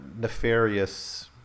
nefarious